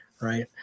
right